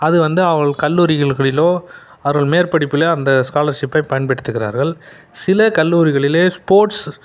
அது வந்து அவங்களுக்கு கல்லூரிகளிலோ அவர்கள் மேற்படிப்பில் அந்த ஸ்காலர்ஷிப்பை பயன்படுத்துகின்றார்கள் சில கல்லூரிகளில் ஸ்போட்ஸ்